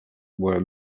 were